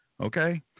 okay